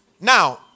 Now